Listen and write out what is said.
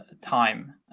time